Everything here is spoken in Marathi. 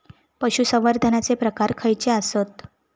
पशुसंवर्धनाचे प्रकार खयचे आसत?